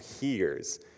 hears